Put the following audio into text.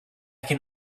can